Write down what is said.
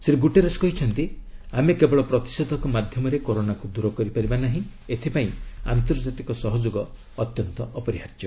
Shri Guterres କହିଛନ୍ତି ଆମେ କେବଳ ପ୍ରତିଷେଧକ ମାଧ୍ୟମରେ କରୋନାକୁ ଦୂର କରିପାରିବା ନାହିଁ ଏଥିପାଇଁ ଆନ୍ତର୍ଜାତିକ ସହଯୋଗ ଅତ୍ୟନ୍ତ ଅପରିହାର୍ଯ୍ୟ